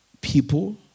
people